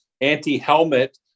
anti-helmet